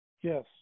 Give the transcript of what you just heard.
Yes